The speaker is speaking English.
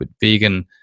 Vegan